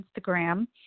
Instagram